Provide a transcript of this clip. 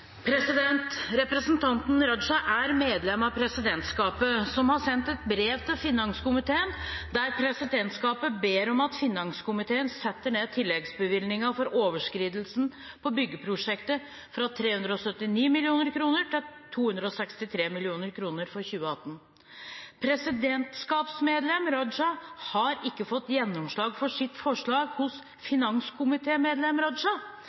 Representanten Raja er medlem av presidentskapet, som har sendt et brev til finanskomiteen der de ber om at finanskomiteen setter ned tilleggsbevilgningen for overskridelsen på byggeprosjektet fra 379 mill. kr til 263 mill. kr for 2018. Presidentskapsmedlem Raja har ikke fått gjennomslag for sitt forslag hos finanskomitémedlem Raja.